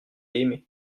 aimé